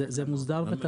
זה מוסדר בתקנות.